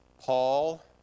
Paul